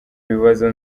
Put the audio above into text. bibazo